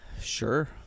Sure